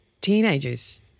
teenagers